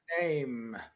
name